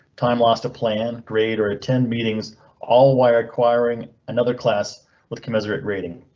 time lost. a plan grade or attend meetings all why requiring another class with commiserate rating.